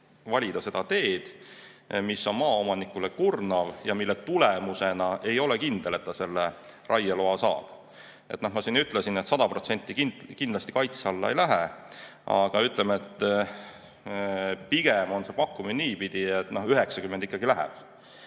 valida seda teed, mis on maaomanikule kurnav ja mille tulemusena ei ole kindel, et ta selle raieloa saab. Nagu ma ütlesin, et 100% kindlasti kaitse alla ei lähe, aga ütleme, pigem on see pakkumine niipidi, et 90% ikkagi läheb.